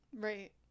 right